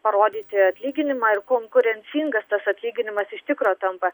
parodyti atlyginimą ir konkurencingas tas atlyginimas iš tikro tampa